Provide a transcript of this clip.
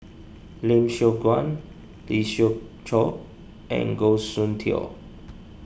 Lim Siong Guan Lee Siew Choh and Goh Soon Tioe